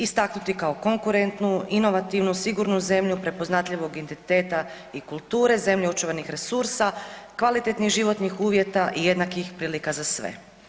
Istaknuti kao konkurentnu, inovativnu, sigurnu zemlju prepoznatljivog identiteta i kulture, zemlju očuvanih resursa, kvalitetnih životnih uvjeta i jednakih prilika za sve.